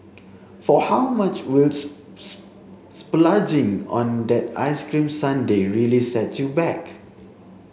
for how much will splurging on that ice cream sundae really set you back